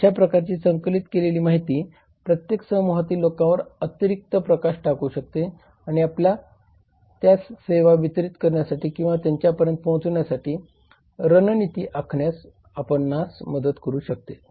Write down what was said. अशाप्रकारची संकलित केलेली माहिती प्रत्येक समूहातील लोकांवर अतिरिक्त प्रकाश टाकू शकते आणि आपल्या सेवा वितरित करण्यासाठी किंवा त्यांच्यापर्यंत पोहचविण्यासाठी रणनीती आखण्यात आपणास मदत करू शकते